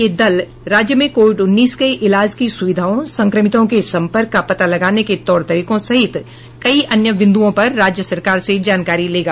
यह दल राज्य में कोविड उन्नीस के इलाज की सुविधाओं संक्रमितों के संपर्क का पता लगाने के तौर तरीकों सहित कई अन्य बिंदुओं पर राज्य सरकार से जानकारी लेगा